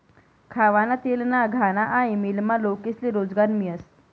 खावाना तेलना घाना आनी मीलमा लोकेस्ले रोजगार मियस